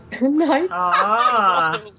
Nice